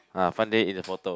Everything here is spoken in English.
ah Fun Day in the photo